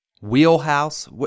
Wheelhouse